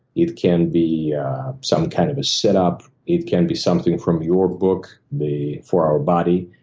it can be some kind of a sit-up. it can be something from your book, the four hour body.